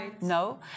No